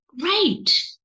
great